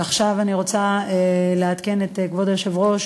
עכשיו אני רוצה לעדכן את כבוד היושב-ראש